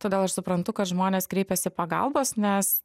todėl aš suprantu kad žmonės kreipiasi pagalbos nes